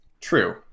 True